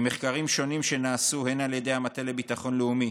ממחקרים שונים שנעשו הן על ידי המטה לביטחון לאומי